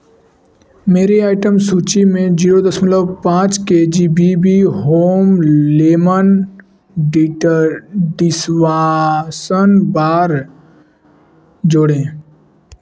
मेरी आइटम सूची में जीरो दशमलव पाँच K G B B home lemon dishwasher bar जोड़ें